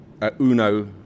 UNO